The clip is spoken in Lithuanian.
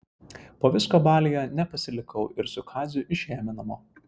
po visko baliuje nepasilikau ir su kaziu išėjome namo